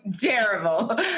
terrible